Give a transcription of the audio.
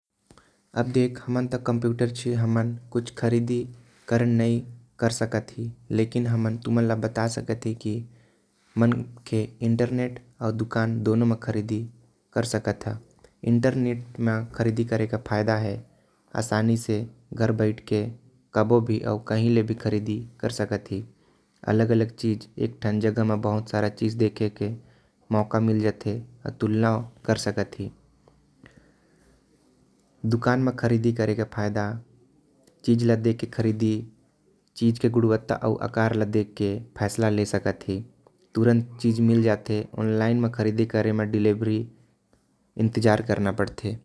हमन दोनो म खरीदी कर सकत ही। इंटरनेट म ए फायदा होथे की हमन कही स। भी खरीदी कर सकत ही अउ। बहुत सारा चीज़ देख साकत ही। दुकान से खरीदे म तोके सामन तुरंत मिलहि। लेकिन इंटेरनेट म डिलीवरी म टाइम लागथे।